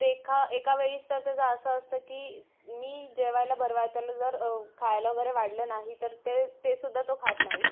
ते एखा एका वेळीस तर त्याचं असं असतं की मी जेवायला भरवा त्याला जर खायला वगैरे वाढलं नाही तर ते तेसुद्धा तो खात नाही